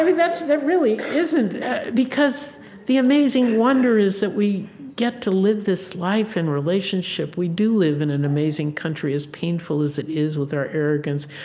that that really isn't because the amazing wonder is that we get to live this life in relationship. we do live in an amazing country as painful as it is with our arrogance.